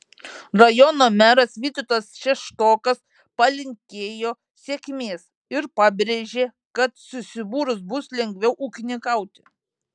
rajono meras vytautas šeštokas palinkėjo sėkmės ir pabrėžė kad susibūrus bus lengviau ūkininkauti